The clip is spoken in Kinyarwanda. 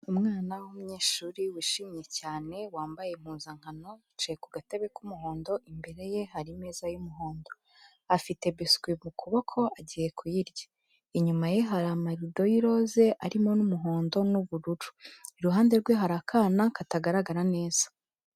Umwana w'umunyeshuri wishimye cyane, wambaye impuzankano, yicaye ku gatebe k'umuhondo, imbere ye hari imeza y'umuhondo, afite biswi mu kuboko agiye kuyirya, inyuma ye hari amarido y'iroze arimo n'umuhondo n'ubururu, iruhande rwe hari akana katagaragara neza.